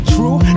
True